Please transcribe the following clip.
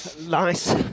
Nice